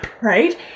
Right